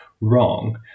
wrong